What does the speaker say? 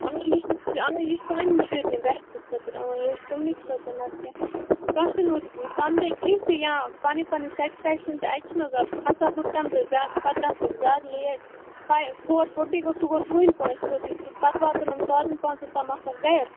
آ یہِ چھُ اۭں یہِ چھُ سانٮ۪ن شُرٮ۪ن بہتٔری خٲطرٕ اۭں یہِ ہے چھُ تِمنٕے خٲطرٕ نتہٕ کیاہ کانٛہہ چھُنہٕ وۄنۍ سمجان کیٚنٛہہ تہٕ یا پنٕنۍ پنٕنۍ سیٚٹِسفیٚکشن تہٕ اتہِ چھِنہٕ حظ از کھوژان ہُتھ کٔنۍ تہٕ زیادٕ پتہٕ گژھن زیادٕ لیٹ فاے فوٗر فوٛٹی گوٚو سُہ گوٚو دوٗنہِ پانٛژِ سیٚودٕے پتہٕ واتَن یِم سادَن پانٛژن تام آسَن گرِ